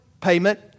payment